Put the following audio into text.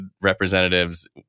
representatives